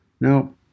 Now